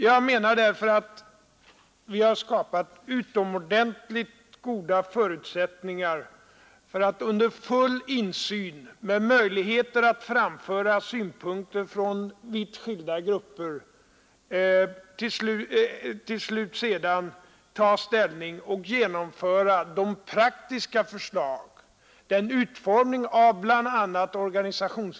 Jag menar därför att vi har skapat utomordentligt goda förutsättningar för att under full insyn och med möjligheter att framföra synpunkter från vitt skilda grupper till slut genomföra sådana praktiska förslag som vi finner riktiga från principiella utgångspunkter.